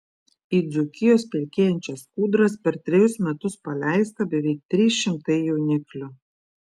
į dzūkijos pelkėjančias kūdras per trejus metus paleista beveik trys šimtai jauniklių